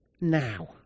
now